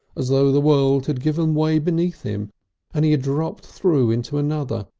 as though the world had given way beneath him and he had dropped through into another,